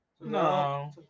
No